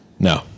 no